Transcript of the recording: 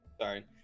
sorry